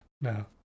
No